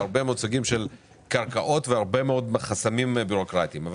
הרבה מאוד סוגים של קרקעות והרבה מאוד חסמים בירוקרטיים אבל